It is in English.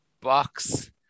box